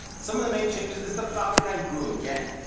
some of the main changes is the falcon nine grew again,